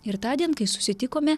ir tądien kai susitikome